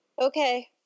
Okay